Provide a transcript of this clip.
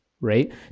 right